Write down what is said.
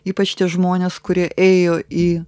ypač tie žmonės kurie ėjo į